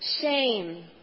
shame